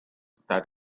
start